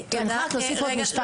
אם אפשר להוסיף עוד משהו.